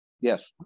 Yes